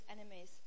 enemies